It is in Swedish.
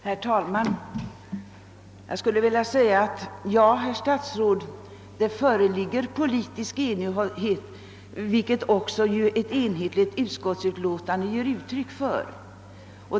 Herr talman! Jag skulle vilja säga till statsrådet Aspling: Ja, det föreligger politisk enighet, vilket också ett enhälligt utskottsutlåtande ger uttryck för.